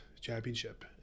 championship